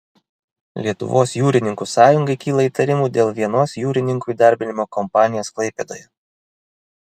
lietuvos jūrininkų sąjungai kyla įtarimų dėl vienos jūrininkų įdarbinimo kompanijos klaipėdoje